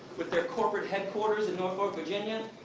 with their corporate headquarters in norfolk, virginia.